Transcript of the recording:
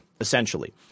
essentially